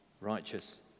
righteous